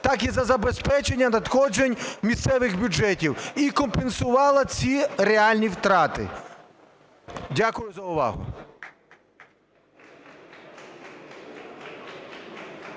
так і за забезпечення надходжень місцевих бюджетів, і компенсувала ці реальні втрати. Дякую за увагу.